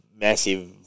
massive